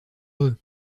eux